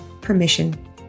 permission